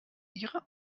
ihre